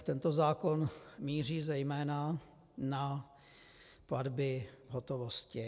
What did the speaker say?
Tento zákon míří zejména na platby v hotovosti.